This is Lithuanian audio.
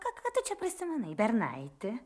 ką ką tu čia prasimanai bernaiti